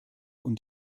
und